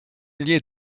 lien